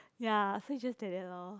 ya so it's just like that lor